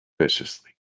Viciously